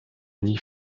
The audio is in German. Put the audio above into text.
nie